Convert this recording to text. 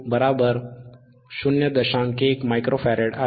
1 microfarad 0